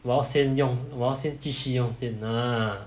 我要先用我要先继续用先 ah